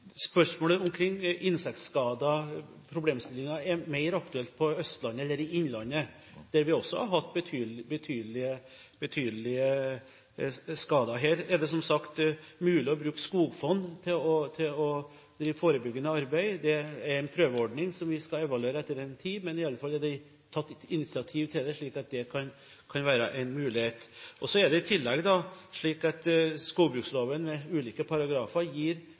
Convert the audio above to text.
Spørsmålet omkring insektskader og den problemstillingen er mer aktuelt på Østlandet, eller i innlandet, der vi også har hatt betydelige skader. Her er det som sagt mulig å bruke skogfond til å drive forebyggende arbeid. Det er en prøveordning som vi skal evaluere etter en tid, men iallfall er det tatt et initiativ til det, slik at det kan være en mulighet. Så er det i tillegg slik at ulike paragrafer i skogbruksloven gir